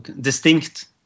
distinct